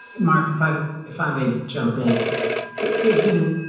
mark if i'm if i may jump in there's been